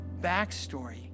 backstory